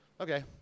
okay